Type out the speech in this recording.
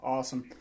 Awesome